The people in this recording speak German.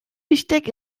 besteck